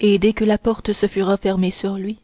et dès que la porte se fut refermée sur lui